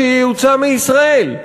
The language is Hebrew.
שייוצא מישראל.